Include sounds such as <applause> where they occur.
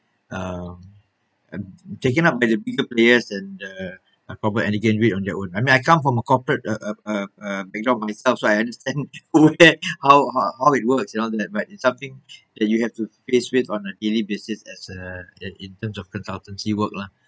um <noise> taken up by the bigger players and uh <breath> a proper on their own I mean I come from a corporate uh uh uh uh background myself so I understand all <laughs> that how how it works and all that but it's something <breath> that you have to face with on a daily basis as a in in terms of consultancy work lah